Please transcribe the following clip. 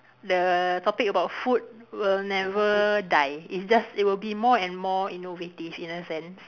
the topic about food will never die it just it will be more and more innovative in a sense